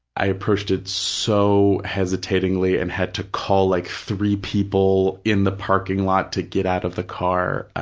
i approached it so hesitatingly and had to call like three people in the parking lot to get out of the car,